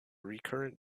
recurrent